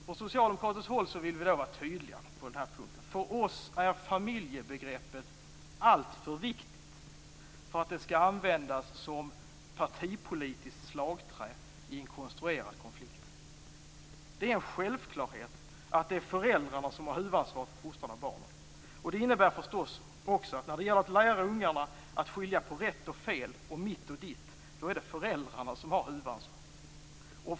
Från socialdemokratiskt håll vill vi vara tydliga på den här punkten. För oss är familjebegreppet alltför viktigt för att det skall användas som partipolitiskt slagträ i en konstruerad konflikt. Det är en självklarhet att det är föräldrarna som har huvudansvaret för fostrandet av barnen. Det innebär att när det gäller att lära ungarna att skilja på rätt och fel och mitt och ditt är det föräldrarna som har huvudansvaret.